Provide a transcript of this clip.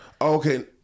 Okay